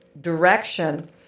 direction